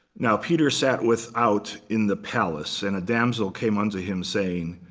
now peter sat without in the palace. and a damsel came unto him saying,